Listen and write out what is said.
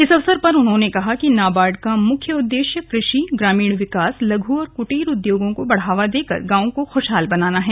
इस अवसर पर उन्होंने कहा कि नाबार्ड का मुख्य उद्देश्य कृषि ग्रामीण विकास लघ् और कटीर उद्योगों को बढ़ावा देकर गांवों को खुशहाल बनाना है